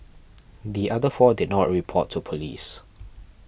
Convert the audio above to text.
the other four did not report to police